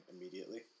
immediately